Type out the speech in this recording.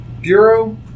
bureau